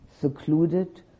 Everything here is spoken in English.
Secluded